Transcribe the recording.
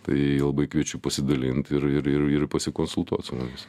tai labai kviečiu pasidalint ir ir ir ir pasikonsultuot su mumis